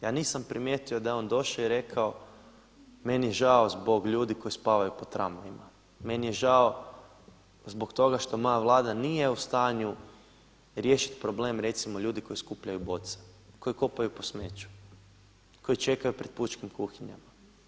Ja nisam primijetio da je on došao i rekao, meni je žao zbog ljudi koji spavaju po tramvajima, meni je žao zbog toga što moja vlada nije u stanju riješiti problem recimo ljudi koji skupljaju boce, koji kopaju po smeću, koji čekaju pred pučkim kuhinjama.